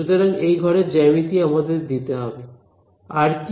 সুতরাং এই ঘরের জ্যামিতি আমাদের দিতে হবে আর কি